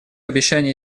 обещаний